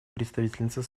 представительница